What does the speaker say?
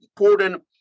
important